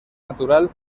natural